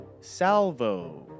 Salvo